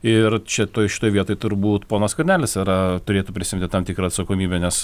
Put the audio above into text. ir čia toj šitoj vietoj turbūt ponas skvernelis yra turėtų prisiimti tam tikrą atsakomybę nes